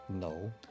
No